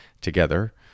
together